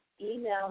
email